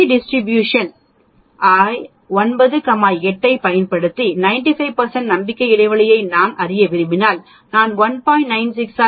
D distribution 9 8 ஐப் பயன்படுத்தி 95 நம்பிக்கை இடைவெளியை நான் அறிய விரும்பினால் நான் 1